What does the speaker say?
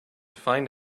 find